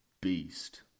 beast